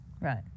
Right